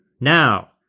Now